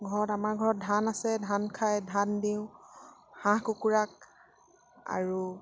ঘৰত আমাৰ ঘৰত ধান আছে ধান খাই ধান দিওঁ হাঁহ কুকুৰাক আৰু